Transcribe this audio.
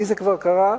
לי זה כבר קרה,